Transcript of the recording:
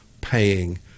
paying